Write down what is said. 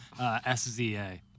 SZA